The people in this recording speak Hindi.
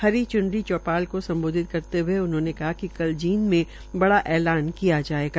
हरी चूनरी चौपाल से सम्बोधित करते हए उन्होंने कहा कि कल जींद में बड़ा ऐलान किया जायेगा